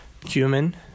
Cumin